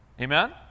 Amen